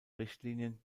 richtlinien